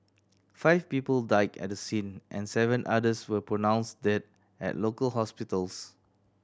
five people died at the scene and seven others were pronounced dead at local hospitals